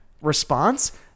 response